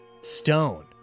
stone